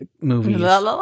movies